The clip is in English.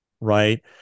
right